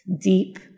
deep